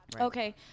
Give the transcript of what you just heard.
Okay